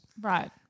Right